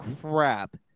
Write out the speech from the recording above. crap